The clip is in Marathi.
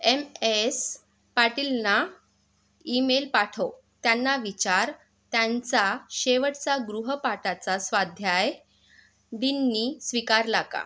एम एस पाटीलना ईमेल पाठव त्यांना विचार त्यांचा शेवटचा गृहपाठाचा स्वाध्याय डीनने स्वीकारला का